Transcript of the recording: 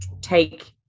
take